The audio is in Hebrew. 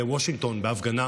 בוושינגטון בהפגנה